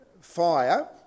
fire